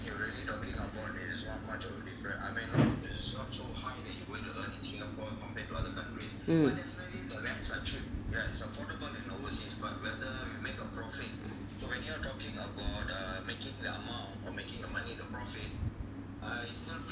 mm